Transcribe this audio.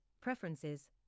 preferences